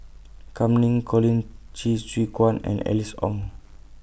Kam Ning Colin Qi Zhe Quan and Alice Ong